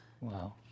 Wow